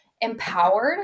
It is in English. empowered